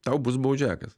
tau bus baudžiakas